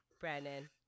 Brandon